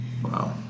Wow